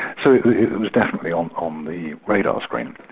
so it was definitely on um the radar screen.